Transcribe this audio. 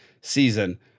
season